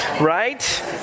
Right